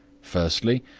firstly,